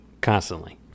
constantly